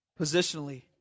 positionally